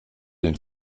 den